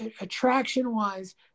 attraction-wise